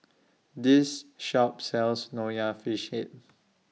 This Shop sells Nonya Fish Head